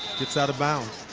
gets out of bounds.